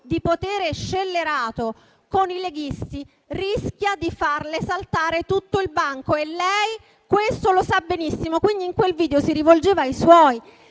di potere scellerato con i leghisti, rischia di farle saltare tutto il banco. E lei questo lo sa benissimo. In quel video si rivolgeva ai suoi